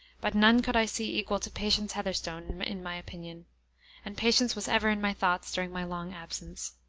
but none could i see equal to patience heatherstone, in my opinion and patience was ever in my thoughts during my long absence.